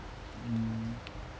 mm